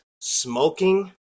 smoking